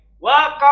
Welcome